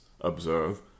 observe